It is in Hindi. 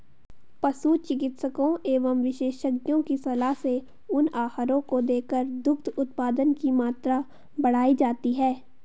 पशु चिकित्सकों एवं विशेषज्ञों की सलाह से उन आहारों को देकर दुग्ध उत्पादन की मात्रा बढ़ाई जाती है